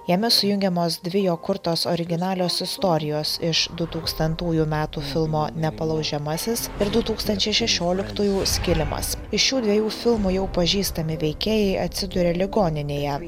jame sujungiamos dvi jo kurtos originalios istorijos iš du tūkstantųjų metų filmo nepalaužiamasis ir du tūkstančiai šešioliktųjų skilimas iš šių dviejų filmų jau pažįstami veikėjai atsiduria ligoninėje